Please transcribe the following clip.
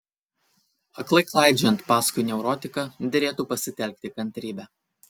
aklai klaidžiojant paskui neurotiką derėtų pasitelkti kantrybę